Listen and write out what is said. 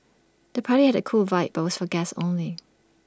the party had A cool vibe but was for guests only